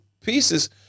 pieces